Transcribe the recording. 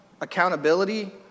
accountability